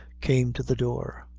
came to the door,